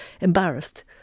embarrassed